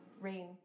rain